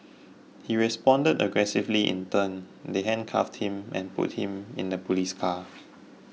he responded aggressively in turn they handcuffed him and put him in the police car